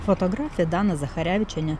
fotografė dana zacharevičienė